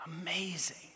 Amazing